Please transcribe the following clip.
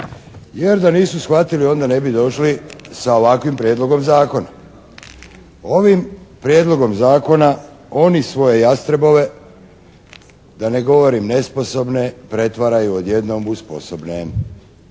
Jer da nisu shvatili onda ne bi došli sa ovakvim Prijedlogom zakona. Ovim Prijedlogom zakona oni svoje jastrebove, da ne govorim nesposobne pretvaraju odjednom u sposobne.